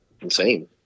insane